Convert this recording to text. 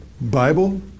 Bible